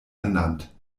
ernannt